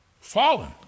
fallen